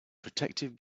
protective